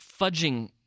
fudging